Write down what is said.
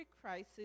crisis